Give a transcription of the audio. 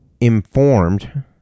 informed